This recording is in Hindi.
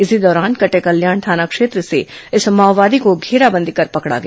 इसी दौरान कटेकल्याण थाना क्षेत्र से इस माओवादी को घेराबंदी कर पकड़ा गया